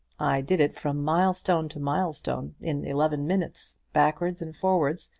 i did it from milestone to milestone in eleven minutes, backwards and forwards,